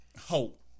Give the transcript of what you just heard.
hope